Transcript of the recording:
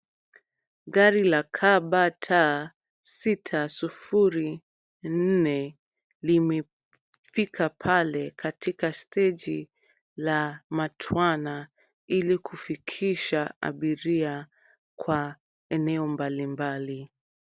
Gari la KBT604 limefika pale katika steji la matwana ili kufikisha abiria kwa eneo mbalimbali.